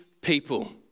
people